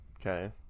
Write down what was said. Okay